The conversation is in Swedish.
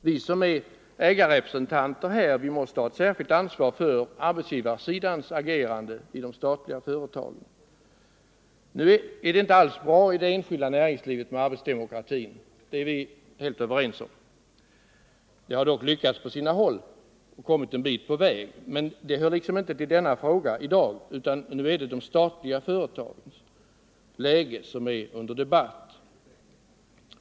Vi som är ägarrespresentanter här måste ha ett särskilt ansvar för arbetsgivarsidans agerande i de statliga företagen. Nu är det inte alls bra med arbetsdemokratin i det enskilda näringslivet — det är vi helt överens om. Man har dock lyckats på sina håll och kommit en bit på väg. Men det hör liksom inte till frågan i dag, utan nu är det de statliga företagens läge som är under debatt.